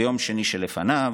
ביום שני שלפניו,